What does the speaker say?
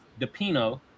depino